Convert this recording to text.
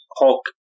Hulk